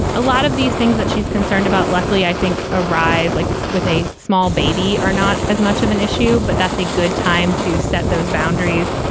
a lot of these things that she's concerned about, luckily, i think arise like with a small baby or not as much of an issue. but that's a good time to set those boundaries.